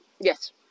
Yes